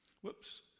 Whoops